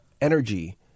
energy